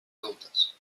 adultes